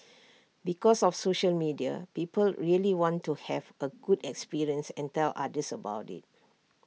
because of social media people really want to have A good experience and tell others about IT